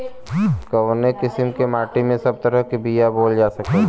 कवने किसीम के माटी में सब तरह के बिया बोवल जा सकेला?